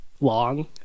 long